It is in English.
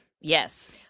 Yes